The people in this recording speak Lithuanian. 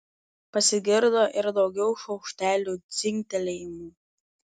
pasigirdo ir daugiau šaukštelių dzingtelėjimų